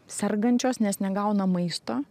sergančios nes negauna maisto